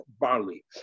barley